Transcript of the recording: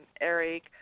Eric